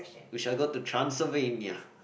we shall go to Transylvania